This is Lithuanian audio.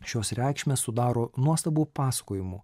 šios reikšmę sudaro nuostabų pasakojimų